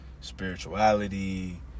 spirituality